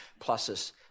pluses